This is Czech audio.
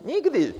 Nikdy!